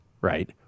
right